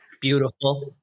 Beautiful